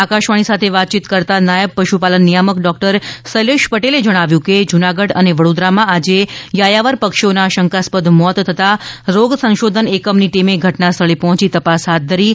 આકાશવાણી સાથે વાતચીત કરતા નાયબ પશુપાલન નિયામક ડૉ શૈલેષ પટેલે જણાવ્યું હતું કે જૂનાગઢ અને વડોદરામાં આજે યાયાવર પક્ષીઓના શંકાસ્પદ મોત થતાં રોગ સંશોધન એકમની ટીમે ઘટના સ્થળે પહોંચી તપાસ હાથ ધરી હતી